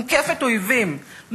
מוקפת אויבים,